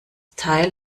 teil